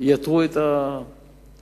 ייתרו את הדרישה.